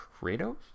Kratos